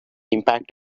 impact